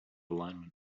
alignment